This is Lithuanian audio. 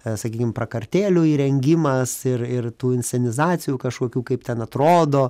sakykim prakartėlių įrengimas ir ir tų inscenizacijų kažkokių kaip ten atrodo